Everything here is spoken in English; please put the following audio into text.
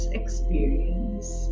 experience